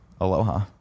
Aloha